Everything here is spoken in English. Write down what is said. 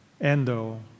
Endo